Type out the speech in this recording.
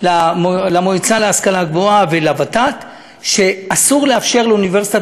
למועצה להשכלה גבוהה ולוות"ת שאסור לאפשר לאוניברסיטת